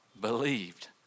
believed